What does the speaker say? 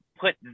put